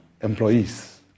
employees